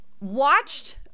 watched